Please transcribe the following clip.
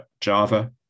Java